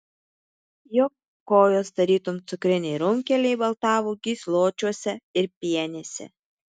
jo kojos tarytum cukriniai runkeliai baltavo gysločiuose ir pienėse